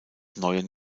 neuen